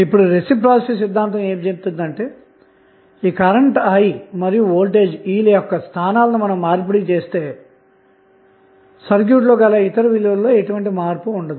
ఇప్పుడు రెసిప్రొసీటీ సిద్ధాంతం ఏమి చెబుతుందంటే ఈ కరెంటు మరియు వోల్టేజ్ ల యొక్క స్థానాలను మార్పిడి చేసినా సరే సర్క్యూట్లో గల ఇతర విలువలలో ఎటువంటి మార్పు ఉండదు